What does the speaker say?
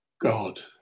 God